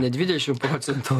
ne dvidešim procentų